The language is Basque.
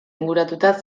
inguratuta